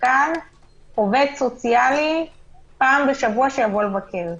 כאן עובד סוציאלי פעם בשבוע שיבוא לבקר.